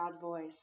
voice